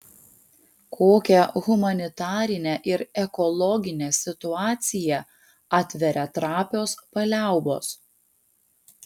kokią humanitarinę ir ekologinę situaciją atveria trapios paliaubos